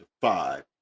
five